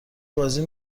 بازی